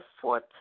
fourth